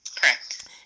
Correct